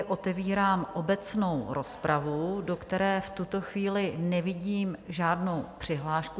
Otevírám obecnou rozpravu, do které v tuto chvíli nevidím žádnou přihlášku.